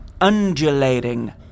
undulating